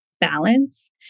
balance